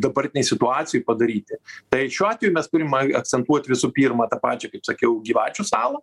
dabartinėj situacijoj padaryti tai šiuo atveju mes turim akcentuot visų pirma tą pačią kaip sakiau gyvačių salą